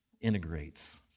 integrates